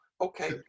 okay